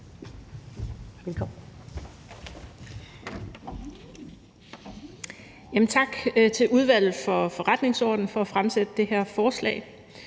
Velkommen.